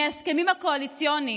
מההסכמים הקואליציוניים: